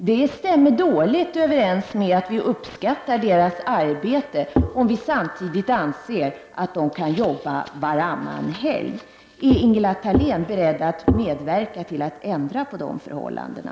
Det stämmer dåligt överens med att vi uppskattar de sjukvårdsanställdas arbete, om vi samtidigt anser att de kan jobba varannan helg. Är Ingela Thalén beredd att medverka till att ändra de förhållandena?